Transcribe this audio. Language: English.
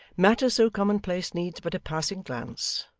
matter so commonplace needs but a passing glance,